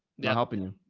not helping you.